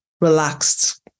relaxed